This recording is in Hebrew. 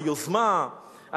היוזמה,